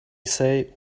say